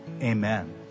Amen